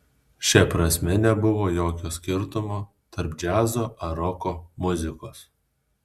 šia prasme nebuvo jokio skirtumo tarp džiazo ar roko muzikos